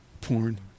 porn